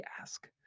ask